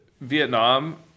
Vietnam